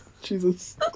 Jesus